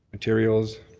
materials,